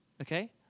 Okay